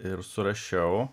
ir surašiau